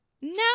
No